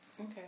Okay